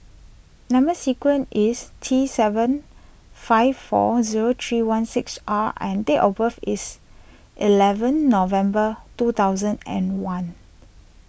Number Sequence is T seven five four zero three one six R and date of birth is eleven November two thousand and one